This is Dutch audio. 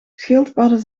schildpadden